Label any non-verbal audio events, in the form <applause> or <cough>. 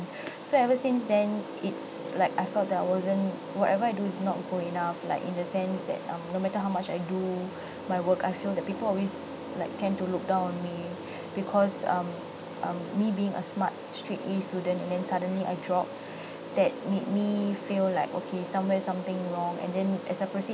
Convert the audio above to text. so ever since then it's like I felt that I wasn't whatever I do is not good enough like in the sense that um no matter how much I do my work I feel that people will always like tend to look down on me because um um me being a smart straight As student and then suddenly I drop <breath> that made me feel like okay somewhere something wrong and then as I proceed